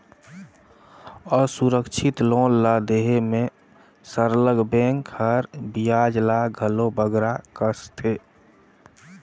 असुरक्छित लोन ल देहे में सरलग बेंक हर बियाज ल घलो बगरा कसथे